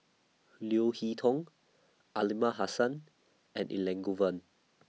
Leo Hee Tong Aliman Hassan and Elangovan